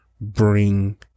bring